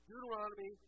Deuteronomy